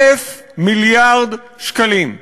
1,000 מיליארד שקלים.